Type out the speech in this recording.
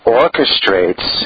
orchestrates